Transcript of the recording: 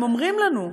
הם אומרים לנו,